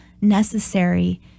necessary